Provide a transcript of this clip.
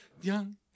Young